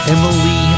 Emily